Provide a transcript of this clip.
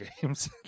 games